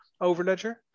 Overledger